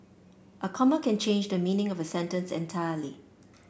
a comma can change the meaning of a sentence entirely